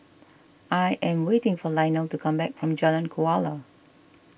I am waiting for Lionel to come back from Jalan Kuala